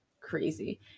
crazy